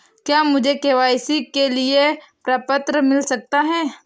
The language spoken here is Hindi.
क्या मुझे के.वाई.सी के लिए प्रपत्र मिल सकता है?